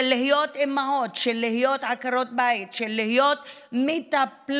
להיות אימהות, להיות עקרות בית, להיות מטפלות,